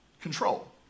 control